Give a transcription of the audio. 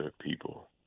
people